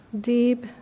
deep